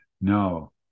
No